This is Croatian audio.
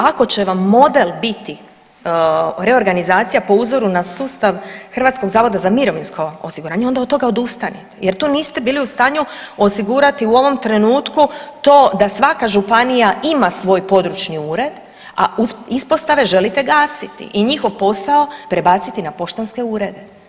Ako će vam model biti reorganizacija po uzoru na sustav Hrvatskog zavoda za mirovinsko osiguranje onda od toga odustanite, jer tu niste bili u stanju osigurati u ovom trenutku to da svaka županija ima svoj područni ured, a ispostave želite gasiti i njihov posao prebaciti na poštanske urede.